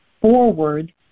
forward